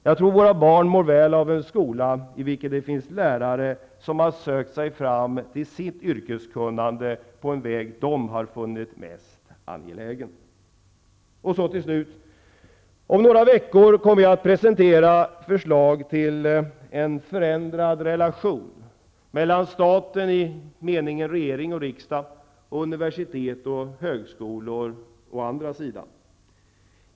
Jag tror i stället att de mår väl av en skola i vilken det finns lärare som har sökt sig fram till sitt yrkeskunnande på en väg som de själva har funnit mest angelägen. Om några veckor kommer vi i regeringen att presentera förslag till en förändrad relation mellan staten, i mening regering och riksdag, och universitet och högskolor.